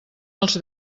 els